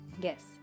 Yes